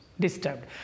disturbed